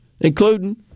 including